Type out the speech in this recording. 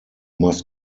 must